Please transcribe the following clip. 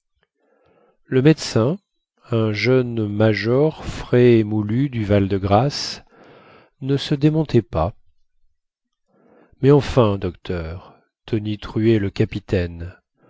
le médecin un jeune major frais émoulu du val-de-grâce ne se démontait pas mais enfin docteur tonitruait le capitaine